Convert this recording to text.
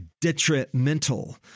detrimental